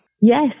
Yes